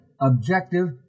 objective